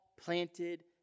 planted